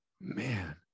man